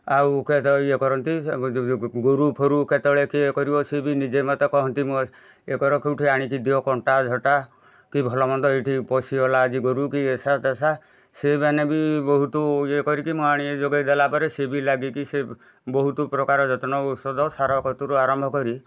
ଆଉ କେତେବେଳେ ଇଏ କରନ୍ତି ଗୋରୁଫୋରୁ କେତେବେଳେ କିଏ ଇଏ କରିବ ସିଏ ବି ନିଜେ ମୋତେ କହନ୍ତି ମୋ ଇଏ କର କେଉଁଠି ଆଣିକି ଦିଅ କଣ୍ଟାଝଟା କି ଭଲ ମନ୍ଦ ଏଇଠି ପଶିଗଲା ଆଜି ଗୋରୁ କି ଏସା ତେସା ସେଇମାନେ ବି ବହୁତ ଇଏ କରିକି ମୁଁ ଆଣିକି ଯୋଗେଇ ଦେଲା ପରେ ସିଏ ବି ଲାଗିକି ସେ ବହୁତ ପ୍ରକାର ଯତ୍ନ ଔଷଧ ସାର କତୁରୁ ଆରମ୍ଭ କରି